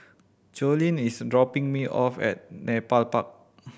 Jolene is dropping me off at Nepal Park